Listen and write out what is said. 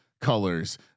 colors